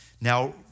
Now